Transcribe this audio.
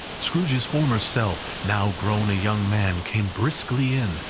scrooge's former self, now grown a young man, came briskly in,